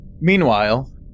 Meanwhile